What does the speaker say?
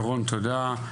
דורון תודה.